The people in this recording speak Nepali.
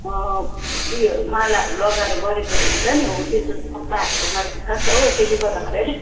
उयोहरू मालाहरू लगाएर गरेकोहरू हुन्छ नि हो त्यस्तो सबै हालेर गरेको हुन्छ नि त हो त्यसले गर्दाखेरि अलिक